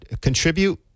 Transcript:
contribute